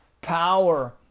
power